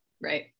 Right